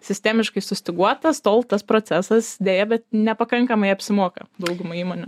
sistemiškai sustyguotas tol tas procesas deja bet nepakankamai apsimoka daugumai įmonių